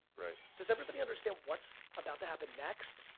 does everybody understand what's about to happen next?